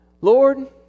Lord